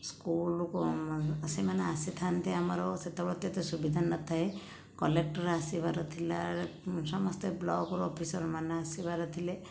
ସ୍କୁଲକୁ ସେମାନେ ଆସିଥାନ୍ତି ଆମର ସେତେବେଳେ ତ ଏତେ ସୁବିଧା ନଥାଏ କଲେକ୍ଟର ଆସିବାର ଥିଲା ସମସ୍ତେ ବ୍ଲକର ଅଫିସରମାନେ ଆସିବାର ଥିଲେ